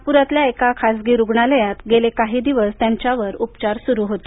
नागपुरातल्या एका खाजगी रुग्णालयात गेले काही दिवस त्यांच्यावर उपचार सुरू होते